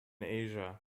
asia